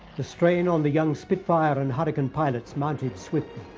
the strain on the young spitfire and hurricane pilots mounted swiftly.